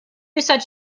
such